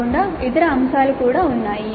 కాకుండా ఇతర అంశాలు కూడా ఉన్నాయి